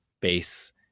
base